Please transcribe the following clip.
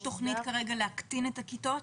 יש תכנית כרגע להקטין את הכיתות?